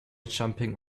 jumping